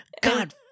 god